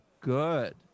good